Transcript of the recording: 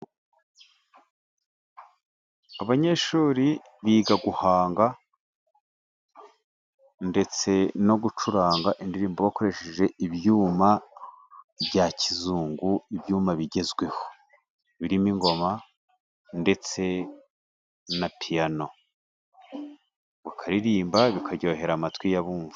Abanyeshuri biga guhanga ndetse no gucuranga indirimbo bakoresheje ibyuma bya kizungu, ibyuma bigezweho birimo ingoma ndetse na piyano, ukaririmba bikaryohera amatwi y'abumva.